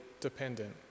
dependent